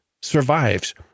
survives